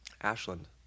Ashland